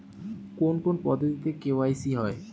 কোন কোন পদ্ধতিতে কে.ওয়াই.সি হয়?